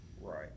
Right